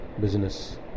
business